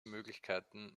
möglichkeiten